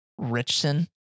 Richson